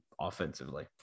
offensively